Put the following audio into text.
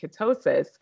ketosis